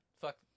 Fuck